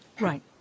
Right